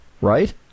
right